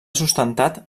sustentat